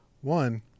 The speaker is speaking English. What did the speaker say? One